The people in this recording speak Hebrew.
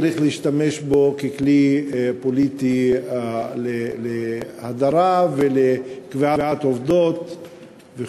צריך להשתמש בו ככלי פוליטי להדרה ולקביעת עובדות וכו'.